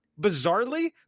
bizarrely